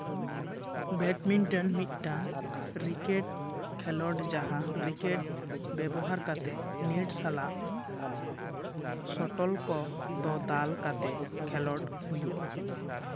badminton ᱢᱤᱫᱴᱟᱝ racket ᱠᱷᱮᱞᱳᱰ ᱡᱟᱦᱟᱸ ᱨᱤᱠᱮᱴ ᱵᱮᱵᱚᱦᱟᱨ ᱠᱟᱛᱮ ᱱᱮᱴ ᱥᱟᱞᱟᱜ ᱥᱚᱴᱚᱞ ᱠᱚᱫᱚ ᱫᱟᱞ ᱠᱟᱛᱮ ᱠᱷᱮᱞᱳᱰ ᱦᱩᱭᱩᱜᱼᱟ